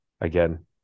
again